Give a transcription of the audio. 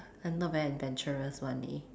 I not very adventurous one leh